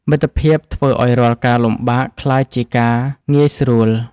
មិត្តភាពធ្វើឱ្យរាល់ការលំបាកក្លាយជាការងាយស្រួល។